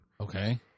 Okay